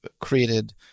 created